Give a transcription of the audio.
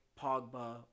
Pogba